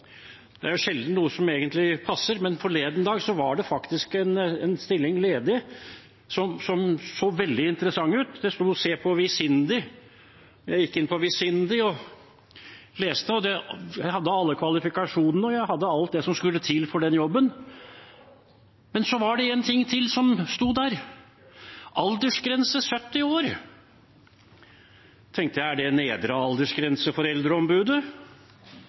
som så veldig interessant ut. Det sto at man skulle se på Visindi. Jeg gikk inn på Visindi og leste. Jeg hadde alle kvalifikasjonene, og jeg hadde alt det som skulle til for den jobben, men så var det én ting til som sto der – aldersgrense 70 år. Da tenkte jeg: Er det en nedre aldersgrense for eldreombudet?